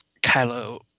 Kylo